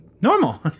normal